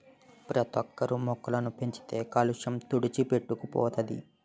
ప్రతోక్కరు మొక్కలు పెంచితే కాలుష్య తుడిచిపెట్టుకు పోతది